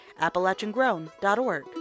AppalachianGrown.org